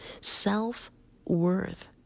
Self-worth